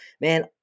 Man